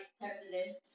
president